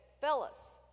fellas